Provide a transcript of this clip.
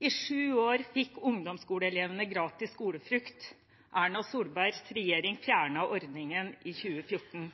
I sju år fikk ungdomsskoleelevene gratis skolefrukt. Erna Solbergs regjering fjernet ordningen i 2014.